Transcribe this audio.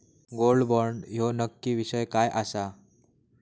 Gold bond ह्यो नक्की विषय काय आसा?